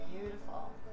Beautiful